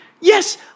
yes